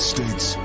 States